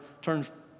turns